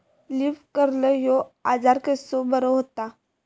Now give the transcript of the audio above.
Leaf curl ह्यो आजार कसो बरो व्हता?